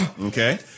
Okay